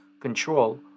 control